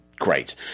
great